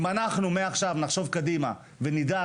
אם אנחנו מעכשיו נחשוב קדימה ונדאג